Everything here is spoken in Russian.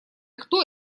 кто